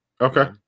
Okay